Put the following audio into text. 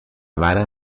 vara